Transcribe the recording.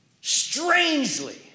strangely